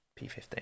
P15